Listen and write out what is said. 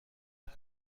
بود